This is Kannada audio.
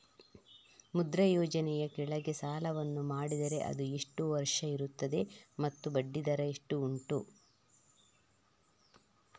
ಮುದ್ರಾ ಯೋಜನೆ ಯ ಕೆಳಗೆ ಸಾಲ ವನ್ನು ಪಡೆದರೆ ಅದು ಎಷ್ಟು ವರುಷ ಇರುತ್ತದೆ ಮತ್ತು ಬಡ್ಡಿ ದರ ಎಷ್ಟು ಉಂಟು?